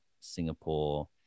Singapore